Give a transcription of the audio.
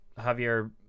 Javier